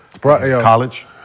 College